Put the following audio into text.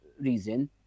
reason